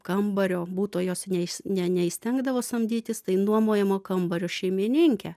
kambario buto jos neįs ne neįstengdavo samdytis tai nuomojamo kambario šeimininke